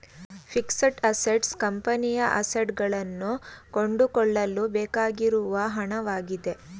fixed assets ಕಂಪನಿಯ assets ಗಳನ್ನು ಕೊಂಡುಕೊಳ್ಳಲು ಬೇಕಾಗಿರುವ ಹಣವಾಗಿದೆ